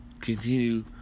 continue